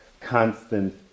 constant